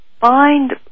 Find